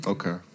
Okay